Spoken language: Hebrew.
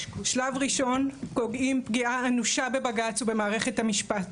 שלב ראשון פוגעים פגיעה אנושה בבג"צ ובמערכת המשפט,